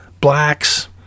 blacks